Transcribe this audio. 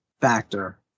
factor